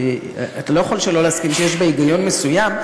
שאתה לא יכול שלא להסכים שיש בה היגיון מסוים,